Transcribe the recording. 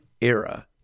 era